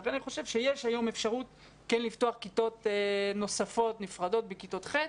ולכן אני חושב שהיום כן יש אפשרות לפתוח כיתות נוספות נפרדות בכיתות ח'